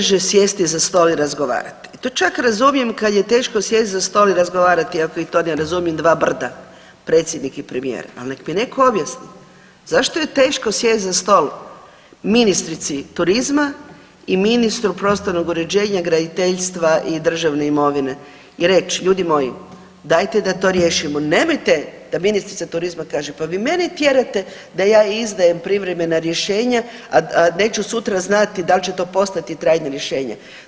Izgleda da je najteže sjesti za stol i razgovarati i to čak razumijem kad je teško sjest za stol razgovarati ako i to ne razumiju dva brda, predsjednik i premijer, ali neka mi neko objasni zašto je teško sjest za stol ministrici turizma i ministru prostornog uređenja, graditeljstva i državne imovine i reć, ljudi moji dajte da to riješimo, nemojte da ministrica turizma kaže pa vi mene tjerate da ja izdajem privremena rješenja, a neću sutra znati dal će to postati trajno rješenje.